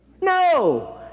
No